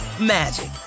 magic